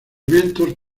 vientos